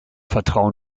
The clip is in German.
vertrauen